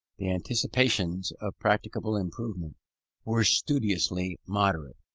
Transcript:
the anticipations of practicable improvement were studiously moderate,